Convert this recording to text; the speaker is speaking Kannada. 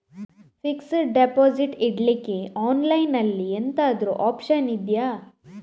ಫಿಕ್ಸೆಡ್ ಡೆಪೋಸಿಟ್ ಇಡ್ಲಿಕ್ಕೆ ಆನ್ಲೈನ್ ಅಲ್ಲಿ ಎಂತಾದ್ರೂ ಒಪ್ಶನ್ ಇದ್ಯಾ?